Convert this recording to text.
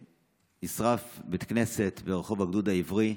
נשרף בית כנסת ברחוב הגדוד העברי.